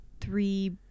Three